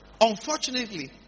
Unfortunately